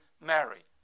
Mary